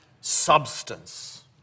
substance